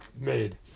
made